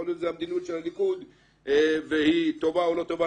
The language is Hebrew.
יכול להיות שזו המדיניות של הליכוד והיא טובה או לא טובה.